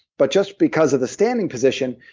but just because of the standing position,